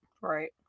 Right